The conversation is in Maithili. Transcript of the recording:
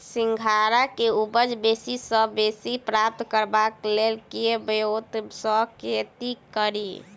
सिंघाड़ा केँ उपज बेसी सऽ बेसी प्राप्त करबाक लेल केँ ब्योंत सऽ खेती कड़ी?